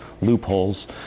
loopholes